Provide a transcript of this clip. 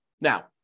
Now